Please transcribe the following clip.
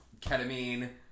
ketamine